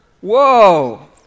Whoa